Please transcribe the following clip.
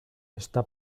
está